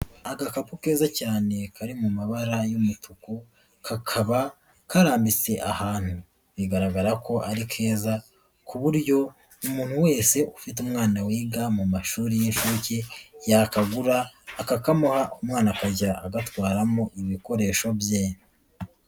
Agakapu keza cyane kari mu mabara y'umutuku, kakaba karametse ahantu, bigaragara ko ari keza, kuburyo umuntu wese ufite umwana wiga mu mashuri y'inshuke yakagura akakamuha umwana akajya agatwaramo ibikoresho bye.